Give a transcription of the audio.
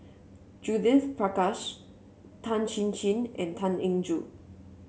Judith Prakash Tan Chin Chin and Tan Eng Joo